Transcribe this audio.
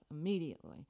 immediately